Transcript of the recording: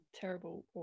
terrible